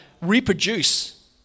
Reproduce